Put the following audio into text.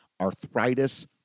Arthritis